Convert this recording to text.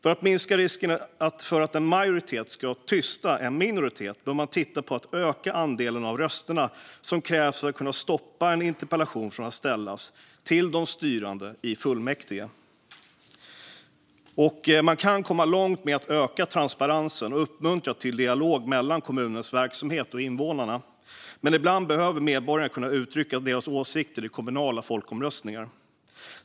För att minska risken för att en majoritet ska tysta en minoritet bör man se över möjligheten att öka andelen röster som krävs för att stoppa en interpellation från att ställas till de styrande i fullmäktige. Man kan komma långt med att öka transparensen och uppmuntra till dialog mellan kommunens verksamhet och invånarna, men ibland behöver medborgarna kunna uttrycka sina åsikter i kommunala folkomröstningar.